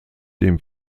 dem